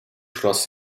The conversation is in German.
schloss